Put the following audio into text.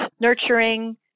nurturing